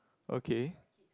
okay